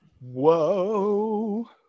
Whoa